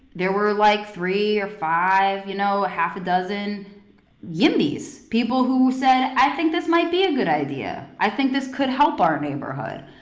there were, like, three or five, you know, half a dozen yimbys, people who said i think this might be a good idea. i think this could help our neighborhood.